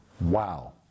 Wow